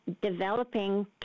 developing